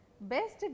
Best